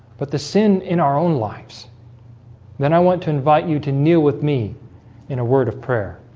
but the sin in our own lives then i want to invite you to kneel with me in a word of prayer